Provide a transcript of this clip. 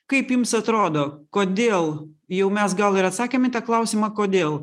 kaip jums atrodo kodėl jau mes gal ir atsakėm į tą klausimą kodėl